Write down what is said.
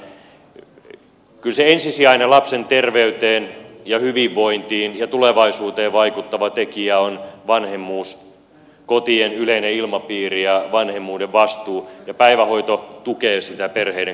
kyllä se ensisijainen lapsen terveyteen ja hyvinvointiin ja tulevaisuuteen vaikuttava tekijä on vanhemmuus kotien yleinen ilmapiiri ja vanhemmuuden vastuu ja päivähoito tukee sitä perheiden kasvatustyötä